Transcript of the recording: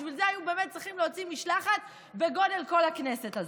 בשביל זה היה צריכים להוציא משלחת בגודל כל הכנסת הזאת.